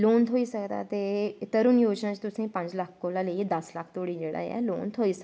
loan थ्होई सकदा ते तरून योजना च तुसेंगी पंज लक्ख कोला दस लक्ख धोड़ी जोह्ड़ा ऐ लोन थ्होई सकदा ऐ